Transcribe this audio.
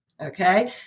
okay